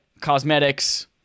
cosmetics